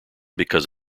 because